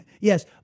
Yes